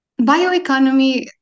bioeconomy